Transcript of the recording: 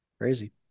Crazy